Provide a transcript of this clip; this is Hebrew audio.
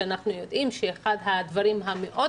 שאנחנו יודעים שאחד הדברים המאוד